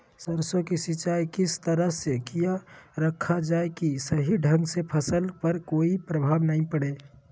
सरसों के सिंचाई किस तरह से किया रखा जाए कि सही ढंग से फसल पर कोई प्रभाव नहीं पड़े?